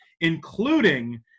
including